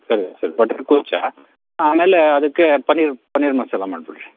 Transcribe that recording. ಸರಿ sir butter kulcha ಆಮೇಲೆ ಅದಕ್ಕೆ ಪನ್ನೀರ್ ಪನ್ನೀರ್ ಮಸಾಲ ಮಾಡಿಬಿಡ್ರಿ